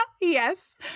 yes